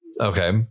Okay